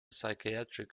psychiatric